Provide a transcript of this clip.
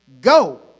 go